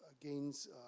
gains